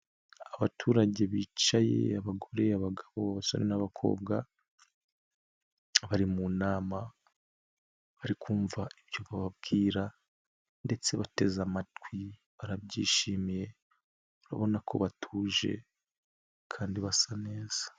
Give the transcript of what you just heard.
Abaturage bicaye abagore, abagabo, abasore n'abakobwa bari mu nama bari kumva ibyo bababwira ndetse bateze amatwi barabyishimiye urabona ko batuje kandi basa neza.